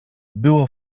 było